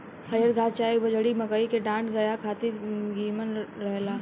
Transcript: हरिहर घास चाहे बजड़ी, मकई के डांठ गाया खातिर निमन रहेला